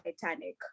Titanic